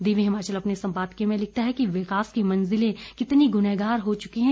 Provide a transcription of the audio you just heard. दिव्य हिमाचल अपने संपादकीय में लिखता है कि विकास की मंजिलें कितनी गुनाहगार हो चुकी हैं